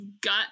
gut